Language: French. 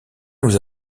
nous